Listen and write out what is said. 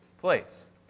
place